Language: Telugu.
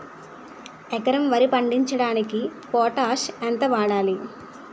ఎకరం వరి పండించటానికి పొటాష్ ఎంత వాడాలి?